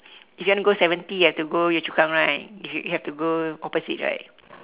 if you want to go seventy you have to go yio-chu-kang right you have have to go opposite right